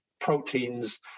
proteins